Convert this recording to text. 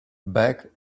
back